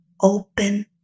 open